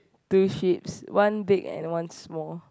two sheep's one big and one small